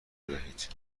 بدهید